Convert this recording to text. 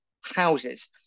houses